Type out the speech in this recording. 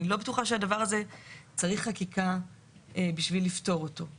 אני לא בטוחה שצריך חקיקה בשביל לפתור את הדבר הזה.